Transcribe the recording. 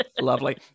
lovely